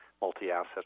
multi-asset